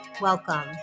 Welcome